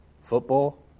football